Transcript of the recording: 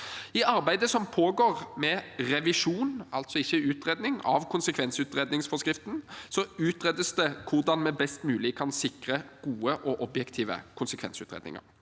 I arbeidet som pågår med revisjon, altså ikke utredning, av konsekvensutredningsforskriften, utredes det hvordan vi best mulig kan sikre gode og objektive konsekvensutredninger,